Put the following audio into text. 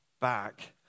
back